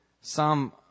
Psalm